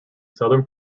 southern